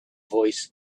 voice